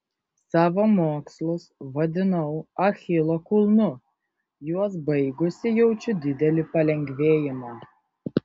savo mokslus vadinau achilo kulnu juos baigusi jaučiu didelį palengvėjimą